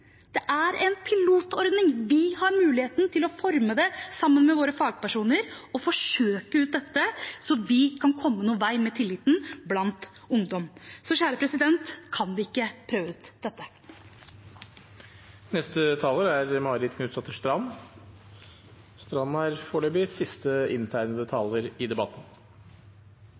Det er en pilotordning, og vi har mulighet til å forme den sammen med våre fagpersoner og forsøke den ut, så vi kan komme en vei med tilliten blant ungdom. Kan vi ikke prøve ut dette? Dette er